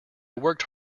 worked